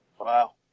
Wow